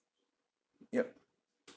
yup